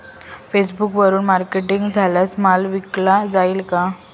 फेसबुकवरुन मार्केटिंग केल्यास माल विकला जाईल का?